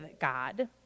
God